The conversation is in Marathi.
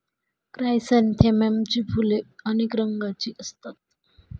क्रायसॅन्थेममची फुले अनेक रंगांची असतात